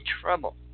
trouble